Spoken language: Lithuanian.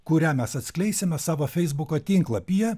kurią mes atskleisime savo feisbuko tinklapyje